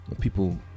people